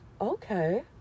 Okay